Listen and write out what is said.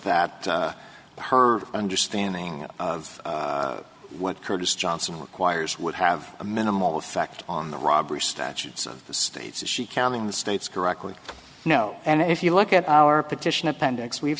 that her understanding of what curtis johnson requires would have a minimal effect on the robbery statutes of the states if she counting the states correctly no and if you look at our petition appendix we've